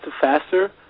faster